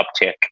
uptick